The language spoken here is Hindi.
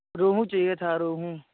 रोहू चाहिए था रोहू